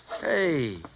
Hey